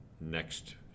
next